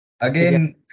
again